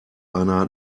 einer